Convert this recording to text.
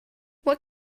what